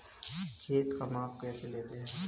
खेत का माप कैसे लेते हैं?